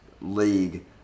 league